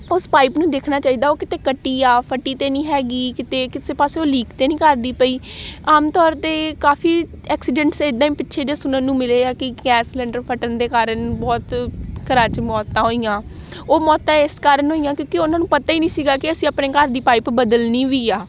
ਉਸ ਪਾਈਪ ਨੂੰ ਦੇਖਣਾ ਚਾਹੀਦਾ ਉਹ ਕਿਤੇ ਕੱਟੀ ਜਾਂ ਫਟੀ ਤਾਂ ਨਹੀਂ ਹੈਗੀ ਕਿਤੇ ਕਿਸੇ ਪਾਸਿਉਂ ਲੀਕ ਤਾਂ ਨਹੀਂ ਕਰਦੀ ਪਈ ਆਮ ਤੌਰ 'ਤੇ ਕਾਫੀ ਐਕਸੀਡੈਂਟਸ ਇੱਦਾਂ ਹੀ ਪਿੱਛੇ ਜਿਹੇ ਸੁਣਨ ਨੂੰ ਮਿਲੇ ਆ ਕਿ ਗੈਸ ਸਿਲੰਡਰ ਫਟਣ ਦੇ ਕਾਰਨ ਬਹੁਤ ਘਰਾਂ 'ਚ ਮੌਤਾਂ ਹੋਈਆਂ ਉਹ ਮੌਤਾਂ ਇਸ ਕਾਰਨ ਹੋਈਆਂ ਕਿਉਂਕਿ ਉਹਨਾਂ ਨੂੰ ਪਤਾ ਨਹੀਂ ਸੀਗਾ ਕਿ ਅਸੀਂ ਆਪਣੇ ਘਰ ਦੀ ਪਾਈਪ ਬਦਲਣੀ ਵੀ ਆ